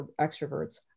extroverts